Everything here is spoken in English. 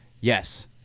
yes